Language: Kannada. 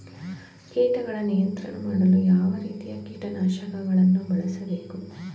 ಕೀಟಗಳ ನಿಯಂತ್ರಣ ಮಾಡಲು ಯಾವ ರೀತಿಯ ಕೀಟನಾಶಕಗಳನ್ನು ಬಳಸಬೇಕು?